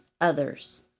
others